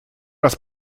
раз